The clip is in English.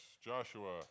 Joshua